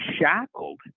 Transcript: shackled